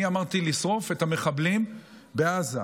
אני אמרתי: לשרוף את המחבלים בעזה.